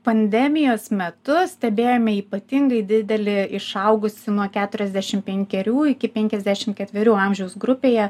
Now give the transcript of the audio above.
pandemijos metu stebėjome ypatingai didelį išaugusį nuo keturiasdešim penkerių iki penkiasdešim ketverių amžiaus grupėje